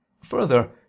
Further